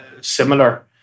similar